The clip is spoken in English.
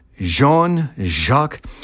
Jean-Jacques